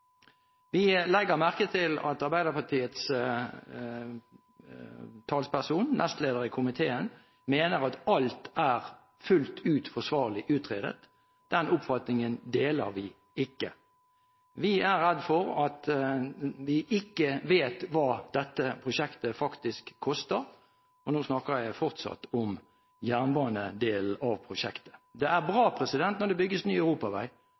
Vi legger merke til at Arbeiderpartiets talsperson, nestlederen i komiteen, mener at alt er fullt ut forsvarlig utredet. Den oppfatning deler vi ikke. Vi er redd for at vi ikke vet hva dette prosjektet faktisk koster, og nå snakker jeg fortsatt om jernbanedelen av prosjektet. Det er bra når det bygges ny europavei,